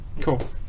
Cool